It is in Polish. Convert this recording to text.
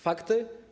Fakty?